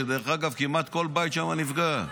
שדרך אגב כמעט כל בית שם נפגע.